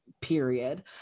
period